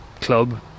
club